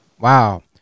Wow